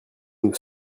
nous